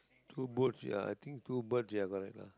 two boat ya I think two birds ya correctly lah